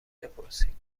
بپرسید